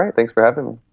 um thanks for having